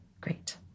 Great